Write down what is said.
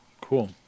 Cool